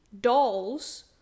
Dolls